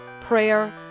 prayer